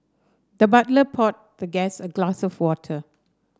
the butler poured the guest a glass of water